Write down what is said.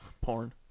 Porn